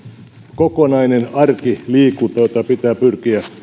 kokonainen arkiliikunta jota pitää pyrkiä